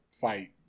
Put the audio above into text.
fight